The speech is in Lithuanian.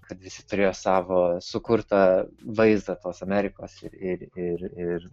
kad visi turėjo savo sukurtą vaizdą tos amerikos ir ir ir